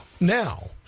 Now